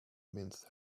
mince